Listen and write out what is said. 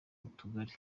utugari